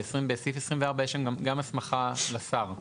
בסעיף 24 יש שם גם הסמכה לשר.